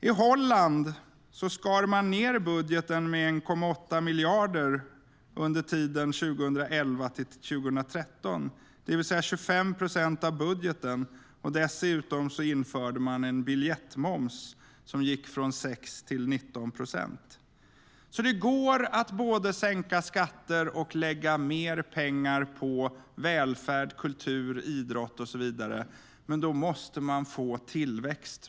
I Holland skar man ned budgeten med 1,8 miljarder under tiden 2011-2013, det vill säga 25 procent av budgeten, och dessutom införde man en biljettmoms som ökade från 6 till 19 procent. Det går att både sänka skatter och lägga mer pengar på välfärd, kultur, idrott och så vidare. Men då måste man få tillväxt.